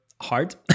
hard